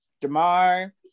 Damar